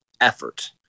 effort